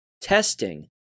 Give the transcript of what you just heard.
testing